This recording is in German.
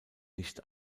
nicht